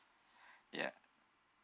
yeah